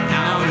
Now